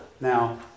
Now